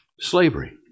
slavery